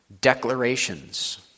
declarations